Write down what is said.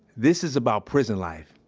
this is about prison life,